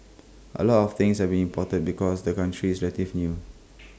A lot of things have imported because the country is relative new